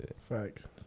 Facts